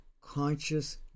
conscious